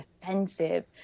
defensive